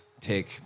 take